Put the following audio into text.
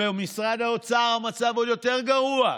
במשרד האוצר המצב הוא יותר גרוע.